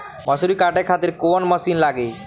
मसूरी काटे खातिर कोवन मसिन लागी?